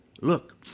Look